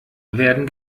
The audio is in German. werden